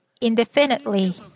indefinitely